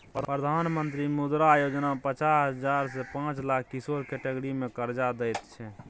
प्रधानमंत्री मुद्रा योजना मे पचास हजार सँ पाँच लाख किशोर कैटेगरी मे करजा दैत छै